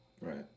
right